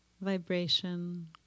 vibration